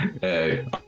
Hey